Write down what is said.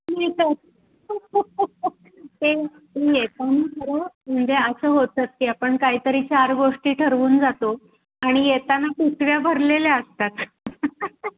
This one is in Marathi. येताना खरं म्हणजे आपण काहीतरी चार गोष्टी ठरवून जातो आणि येताना पिशव्या भरलेल्या असतात